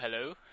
hello